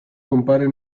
compare